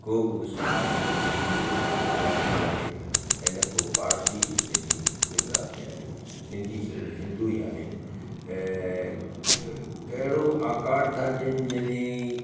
को बि मुस्लमान सिंधी गुजरात में न आहे ऐं न को पारसी ई सिंधी गुजरात में आहे सिंधी सिर्फ़ु हिंदू ई आहिनि ऐं कहिड़ो आकार था ॾियनि याने